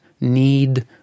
need